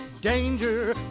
Danger